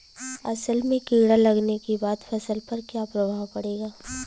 असल में कीड़ा लगने के बाद फसल पर क्या प्रभाव पड़ेगा?